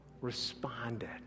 responded